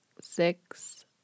six